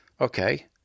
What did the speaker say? okay –